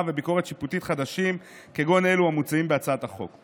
וביקורת שיפוטית חדשים כגון אלו המוצעים בהצעת החוק.